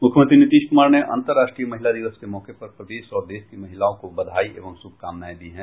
मुख्यमंत्री नीतीश कुमार ने अन्तर्राष्ट्रीय महिला दिवस के मौके पर प्रदेश और देश की महिलाओं को बधाई एवं श्रभकामनायें दी है